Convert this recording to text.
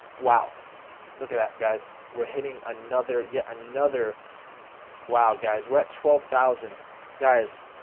wow look at that guy's we're hitting another yet another wow guys we're at twelve thousand guys,